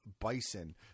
Bison